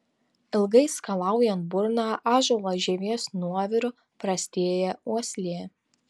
ilgai skalaujant burną ąžuolo žievės nuoviru prastėja uoslė